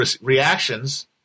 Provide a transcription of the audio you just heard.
reactions